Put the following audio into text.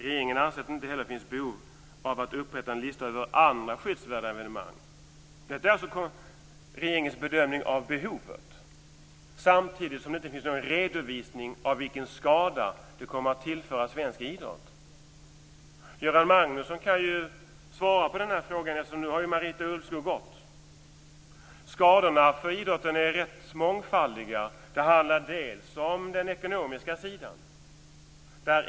Regeringen anser att det inte heller finns behov av att upprätta en lista av andra skyddsvärda evenemang." Det är alltså regeringens bedömning av behovet, samtidigt som det inte finns någon redovisning av vilken skada det kommer att tillföra svensk idrott. Göran Magnusson kan väl svara på den här frågan, eftersom Marita Ulvskog nu gått. Skadorna för idrotten är rätt mångfaldiga. Det handlar om den ekonomiska sidan.